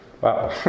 Wow